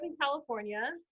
California